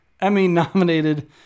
Emmy-nominated